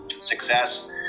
success